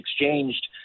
exchanged –